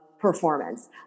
performance